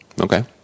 Okay